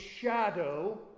shadow